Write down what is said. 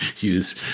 use